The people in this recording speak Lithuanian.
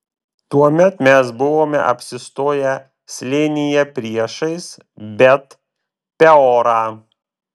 tuomet mes buvome apsistoję slėnyje priešais bet peorą